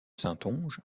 saintonge